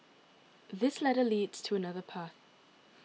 this ladder leads to another path